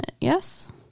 Yes